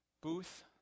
booth